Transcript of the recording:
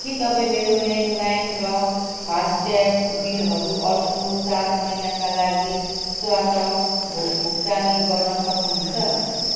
के तपाईँ मेरो ल्यान्डलाइन र फासट्याग बिलहरू अर्को चार महिनाका लागि स्वतः भु भुक्तानी गर्न सक्नुहुन्छ